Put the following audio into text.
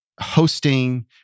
hosting